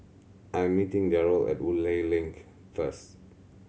I'm meeting Darryle at Woodleigh Link first